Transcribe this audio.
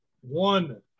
one